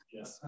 Yes